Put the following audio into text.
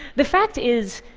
the fact is,